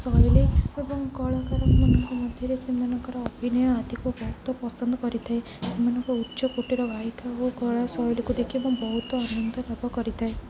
ଶୈଳୀ ଏବଂ କଳାକାରମାନଙ୍କ ମଧ୍ୟରେ ସେମାନଙ୍କର ଅଭିନୟ ଆଦିକୁ ବହୁତ ପସନ୍ଦ କରିଥାଏ ସେମାନଙ୍କ ଉଚ୍ଚକୋଟୀର ଗାଇିକା ଓ କଳା ଶୈଳୀକୁ ଦେଖିବା ମୁଁ ବହୁତ ଆନନ୍ଦ ଲାଭ କରିଥାଏ